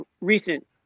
recent